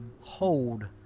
hold